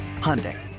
Hyundai